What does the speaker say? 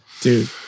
dude